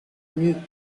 nues